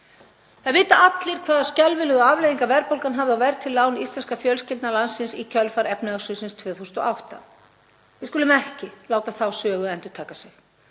Það vita allir hvaða skelfilegu afleiðingar verðbólgan hafði á verðtryggð lán íslenskra fjölskyldna landsins í kjölfar efnahagshrunsins 2008. Við skulum ekki láta þá sögu endurtaka sig.